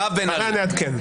נעדכן.